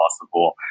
possible